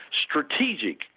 strategic